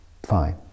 fine